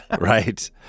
Right